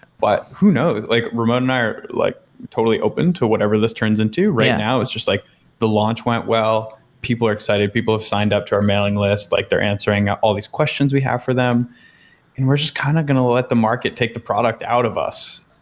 but who knows? like ramon and i like totally open to whatever list turns into. right now it's just like the launch went well. people are excited. people have signed up to our mailing list. like they're answering all these questions we have for them and we're just kind of going to let the market take the product out of us.